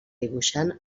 dibuixant